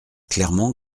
clairement